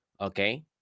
Okay